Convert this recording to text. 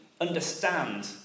understand